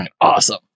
awesome